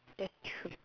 that's true